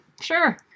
Sure